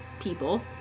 people